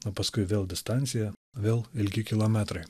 o paskui vėl distancija vėl ilgi kilometrai